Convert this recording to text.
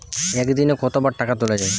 একদিনে কতবার টাকা তোলা য়ায়?